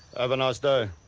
have a nice day.